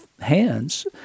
hands